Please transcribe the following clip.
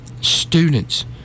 students